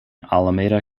alameda